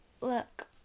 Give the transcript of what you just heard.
look